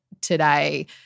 today